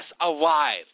alive